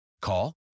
Call